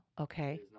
okay